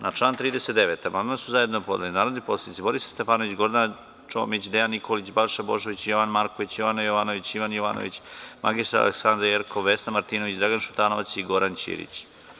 Na član 39. amandman su zajedno podneli narodni poslanici Borislav Stefanović, Gordana Čomić, Dejan Nikolić, Balša Božović, Jovan Marković, Jovana Jovanović, Ivan Jovanović, mr Aleksandra Jerkov, Vesna Martinović, Dragan Šutanovac i Goran Ćirić.